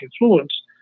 influence